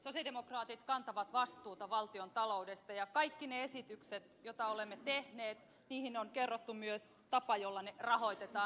sosialidemokraatit kantavat vastuuta valtiontaloudesta ja kaikkien niiden esitysten osalta joita olemme tehneet on kerrottu myös tapa jolla ne rahoitetaan